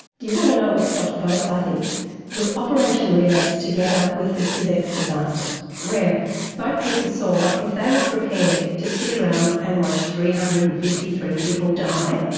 do you want to know what stopped the boats, i think? it was operation relax together with the civex disaster where boat people saw if they were prepared to sit around and watch three hundred and fifty three people die,